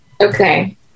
Okay